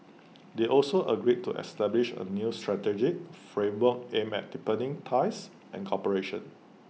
they also agreed to establish A new strategic framework aimed at deepening ties and cooperation